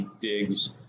digs